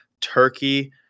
turkey